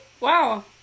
Wow